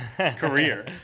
career